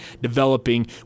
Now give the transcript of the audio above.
developing